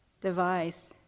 device